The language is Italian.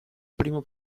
primo